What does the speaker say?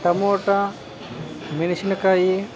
tomato ಮೆಣಸಿನಕಾಯಿ